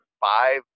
five